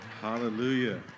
Hallelujah